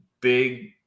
big